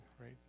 right